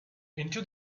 into